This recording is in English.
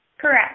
correct